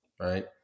right